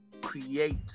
create